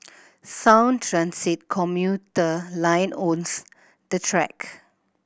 sound Transit commuter line owns the track